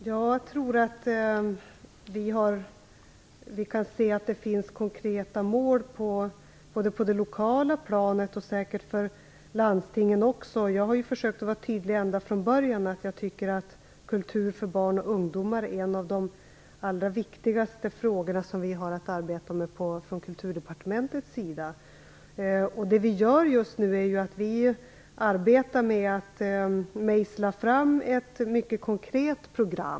Herr talman! Jag tror att vi kan se att det finns konkreta mål på det lokala planet och säkert även när det gäller landstingen. Jag har försökt att vara tydlig redan från början. Jag tycker att kultur för barn och ungdomar är en av de allra viktigaste frågor som Kulturdepartementet har att arbeta med. Just nu arbetar vi med att mejsla fram ett mycket konkret program.